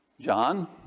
John